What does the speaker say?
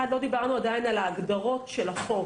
אחד, לא דיברנו עדיין על ההגדרות של החוק